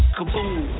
Kaboom